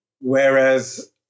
Whereas